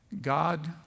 God